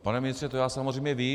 Pane ministře, to já samozřejmě vím.